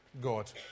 God